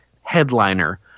headliner